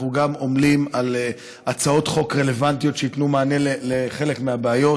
אנחנו גם עמלים על הצעות חוק רלוונטיות שייתנו מענה לחלק מהבעיות.